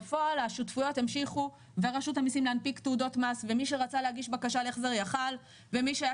בפועל השותפויות המשיכו ורשות המסים להנפיק תעודות מס ומי שרצה